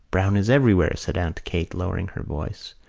browne is everywhere, said aunt kate, lowering her voice.